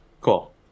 Cool